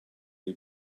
you